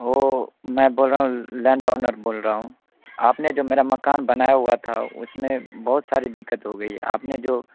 वो मैं बोल रहा हूँ लैंड ओनर बोल रहा हूँ आपने जो मेरा मकान बनाया हुआ था उसमें बहुत सारी दिक्कत हो गई है आपने जो